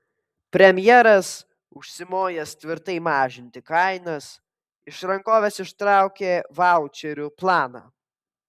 premjeras užsimojęs tvirtai mažinti kainas iš rankovės ištraukė vaučerių planą